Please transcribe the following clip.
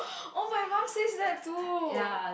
oh my mum says that too